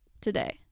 today